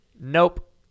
Nope